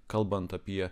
kalbant apie